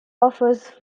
offers